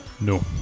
No